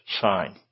sign